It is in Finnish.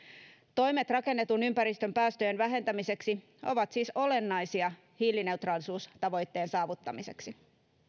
toimet rakennetun ympäristön päästöjen vähentämiseksi ovat siis olennaisia hiilineutraalisuustavoitteen saavuttamiseksi